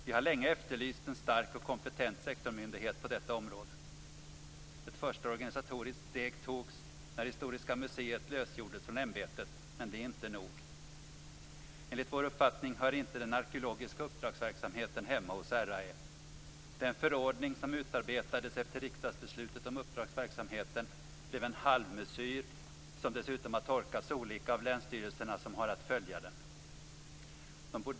Vi har länge efterlyst en stark och kompetent sektorsmyndighet på detta område. Ett första organisatoriskt steg togs när Historiska museet lösgjordes från ämbetet, men det är inte nog. Enligt vår uppfattning hör den arkeologiska uppdragsverksamheten inte hemma hos RAÄ. Den förordning som utarbetades efter riksdagsbeslutet om uppdragsverksamheten blev en halvmesyr som dessutom har tolkats olika av länsstyrelserna som har att följa den.